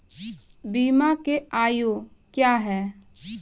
बीमा के आयु क्या हैं?